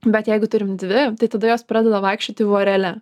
bet jeigu turim dvi tai tada jos pradeda vaikščioti vorele